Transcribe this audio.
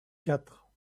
quatre